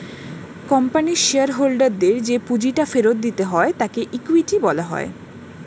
কোম্পানির শেয়ার হোল্ডারদের যে পুঁজিটা ফেরত দিতে হয় তাকে ইকুইটি বলা হয়